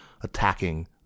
attacking